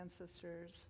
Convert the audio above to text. ancestors